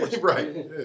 Right